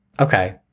okay